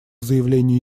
заявлению